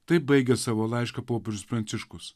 taip baigia savo laišką popiežius pranciškus